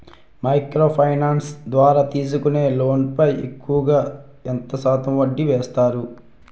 Micro finance ద్వారా తీసుకునే loan పై ఎక్కువుగా ఎంత శాతం వడ్డీ వేస్తారు?